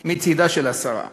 מצדה של השרה.